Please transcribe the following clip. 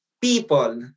people